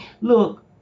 look